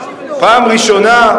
פעם ראשונה.